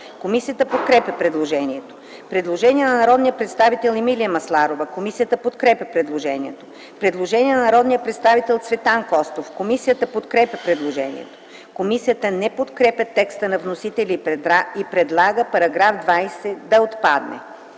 Комисията подкрепя предложението. Предложение на народния представител Емилия Масларова. Комисията подкрепя предложението. Предложение на народния представител Цветан Костов. Комисията подкрепя предложението. Комисията не подкрепя текста на вносителя и предлага § 22 да отпадне.